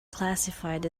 classified